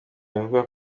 bivugwa